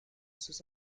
sus